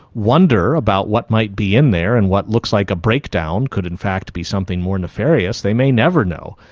wonder about what might be in there and what looks like a breakdown could in fact be something more nefarious, they may never know.